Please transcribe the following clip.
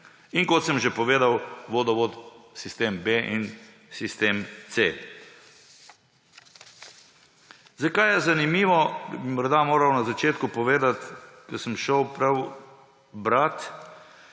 In kot sem že povedal, vodovod, sistem B in sistem C. Zanimivo je, bi morda moral na začetku povedati, ko sem šel prav brat,